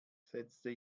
setzte